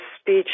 speech